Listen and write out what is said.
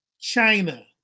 China